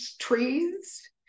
Trees